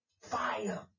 fire